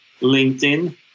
LinkedIn